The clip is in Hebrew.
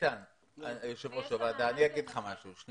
יושב-ראש הוועדה, לא